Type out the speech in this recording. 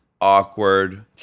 awkward